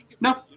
No